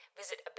visit